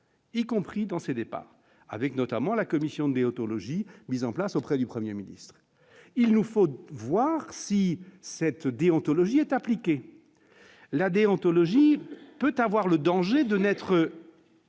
Y compris dans ces départs, avec notamment la Commission déontologie mise en place auprès du 1er ministre il nous faut voir si cette déontologie est appliquée la déontologie peut avoir le danger de n'être